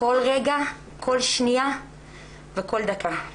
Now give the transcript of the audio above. כל רגע, כל שנייה וכל דקה.